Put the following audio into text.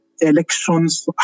elections